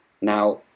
Now